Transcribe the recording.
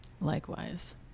Likewise